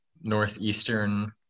northeastern